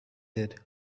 did